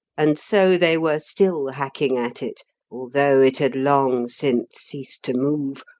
and so they were still hacking at it although it had long since ceased to move,